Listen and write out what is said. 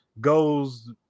goes